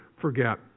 forget